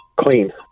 clean